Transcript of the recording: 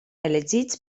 elegits